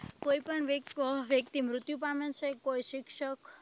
કોઈપણ વ્યક્તિ મૃત્યુ પામે છે કોઈ શિક્ષક